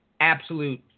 absolute